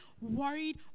worried